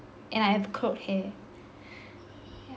and I have curled hair